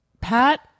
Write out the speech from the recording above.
Pat